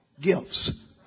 gifts